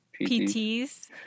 PTs